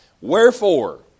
Wherefore